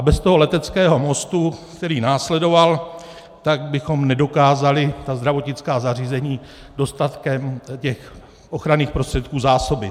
Bez toho leteckého mostu, který následoval, bychom nedokázali zdravotnická zařízení dostatkem těch ochranných prostředků zásobit.